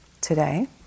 today